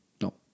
No